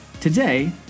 Today